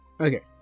Okay